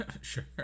Sure